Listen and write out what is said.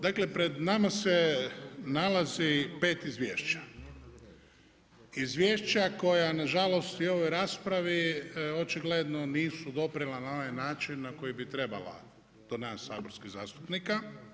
Dakle pred nama se nalazi pet izvješća, izvješća koja nažalost i u ovoj raspravi očigledno nisu doprela na onaj način na koji bi trebala do nas saborskih zastupnika.